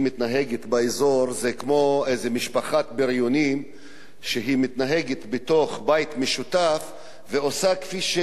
זה כמו איזו משפחת בריונים בתוך בית משותף שמתנהגת ועושה כפי שהיא רוצה,